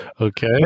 Okay